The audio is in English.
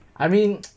I mean